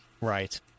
Right